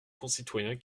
concitoyens